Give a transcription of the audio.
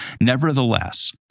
Nevertheless